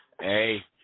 Hey